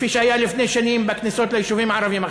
כפי שהיה לפני שנים בכניסות ליישובים הערביים.